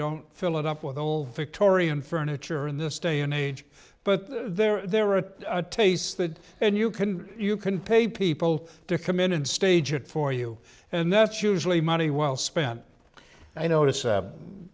don't fill it up with old victorian furniture in this day and age but there there are a taste good and you can you can pay people to come in and stage it for you and that's usually money well spent i notice